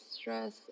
stress